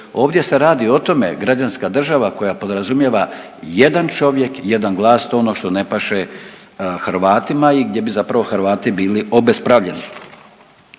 Ovdje se radi o tome, građanska država koja podrazumijeva jedan čovjek, jedan glas to je ono što ne paše Hrvatima i gdje bi zapravo Hrvati bili obespravljeni.